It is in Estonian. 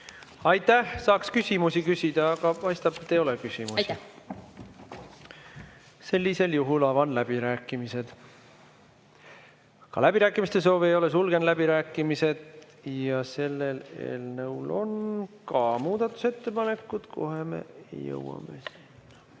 Aitäh! Saaks küsimusi küsida, aga paistab, et ei ole küsimusi. Aitäh! Sellisel juhul avan läbirääkimised. Ka läbirääkimiste soovi ei ole. Sulgen läbirääkimised. Selle eelnõu kohta on tehtud ka muudatusettepanekuid. Kohe me jõuame sinna.